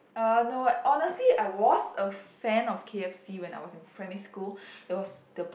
uh no honestly I was a fan of K_f_C when I was in primary school it was the